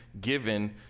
given